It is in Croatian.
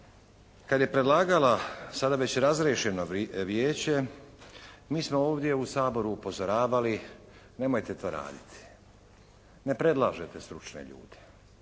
Kad je predlagala sada već razriješeno Vijeće mi smo ovdje u Saboru upozoravali nemojte to raditi. Ne predlažete stručne ljude.